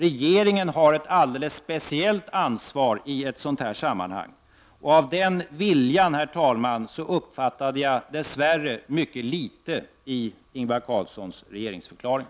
Regeringen har ett alldeles speciellt ansvar i ett sådant sammanhang. Och av den viljan, herr talman, uppfattade jag dess värre mycket litet i Ingvar Carlssons regeringsförklaring.